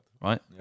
right